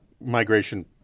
migration